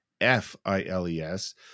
f-i-l-e-s